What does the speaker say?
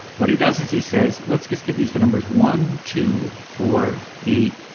what he does is he says let's just get used to numbers one, two, four, eight,